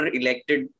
elected